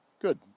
Good